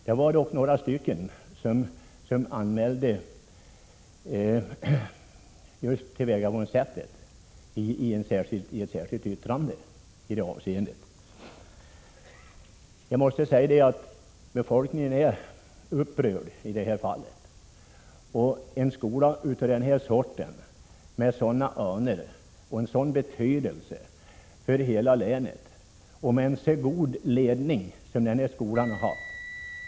Det var dock några som i ett särskilt yttrande påtalade just tillvägagångssättet. Befolkningen är upprörd över att en skola som denna, med anor, med betydelse för hela länet och med en mycket god ledning, har behandlats på detta sätt.